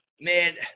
Man